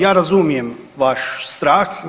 Ja razumijem vaš strah.